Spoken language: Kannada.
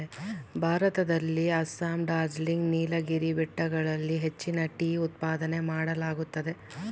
ಭಾರತದಲ್ಲಿ ಅಸ್ಸಾಂ, ಡಾರ್ಜಿಲಿಂಗ್, ನೀಲಗಿರಿ ಬೆಟ್ಟಗಳಲ್ಲಿ ಹೆಚ್ಚಿನ ಟೀ ಉತ್ಪಾದನೆ ಮಾಡಲಾಗುತ್ತದೆ